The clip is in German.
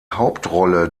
hauptrolle